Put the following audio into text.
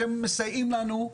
אתם מסייעים לנו,